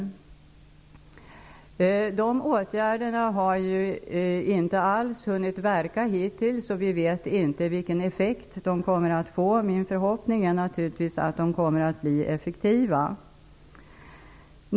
De åtgärderna har ju hittills inte alls hunnit verka, och vi vet inte vilken effekt de kommer att få. Min förhoppning är naturligtvis att de kommer att bli effektiva.